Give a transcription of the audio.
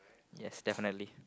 yes definitely